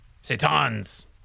Satan's